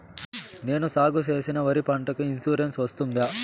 నేను సాగు చేసిన వరి పంటకు ఇన్సూరెన్సు వస్తుందా?